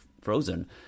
frozen